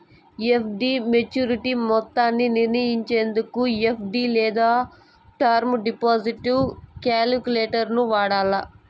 FD maturity మొత్తాన్ని నిర్నయించేదానికి FD లేదా టర్మ్ డిపాజిట్ కాలిక్యులేటరును వాడాల